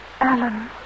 Alan